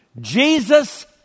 Jesus